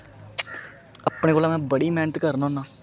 अपने कोला में बड़ी मैहनत करना होन्ना